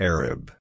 Arab